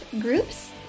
groups